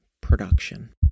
production